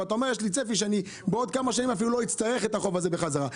ואתה אומר שיש לך צפי שבעוד כמה שנים לא תצטרך את החוב הזה בחזרה.